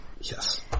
Yes